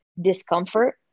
discomfort